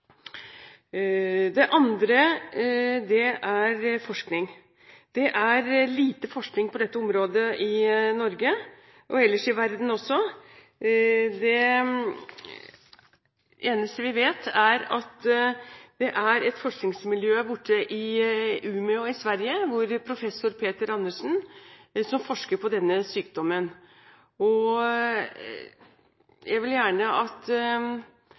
Det andre er forskning. Det er lite forskning på dette området i Norge, og ellers i verden også. Det eneste vi vet, er at det er et forskningsmiljø i Umeå i Sverige hvor professor Peter Andersen forsker på denne sykdommen. Jeg vil gjerne at